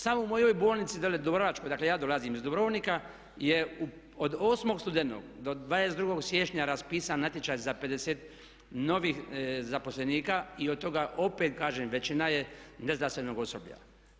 Samo u mojoj bolnici dolje u dubrovačkoj, dakle ja dolazim iz Dubrovnika, je od 8. studenog do 22. siječnja raspisan natječaj za 50 novih zaposlenika i od toga opet kažem većina je ne zdravstvenog osoblja.